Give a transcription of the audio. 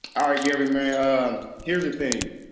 ah gary man, here's the thing,